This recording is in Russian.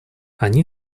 они